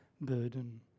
burden